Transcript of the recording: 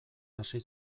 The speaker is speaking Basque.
hasi